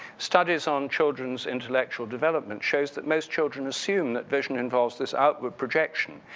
studies on children's intellectual development show that most children assume that vision involves this outward projection.